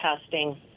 testing